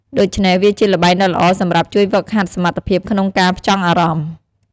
ដូច្នេះ វាជាល្បែងដ៏ល្អសម្រាប់ជួយហ្វឹកហាត់សមត្ថភាពក្នុងការផ្ចង់អារម្មណ៍។